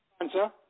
Answer